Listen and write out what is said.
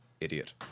Idiot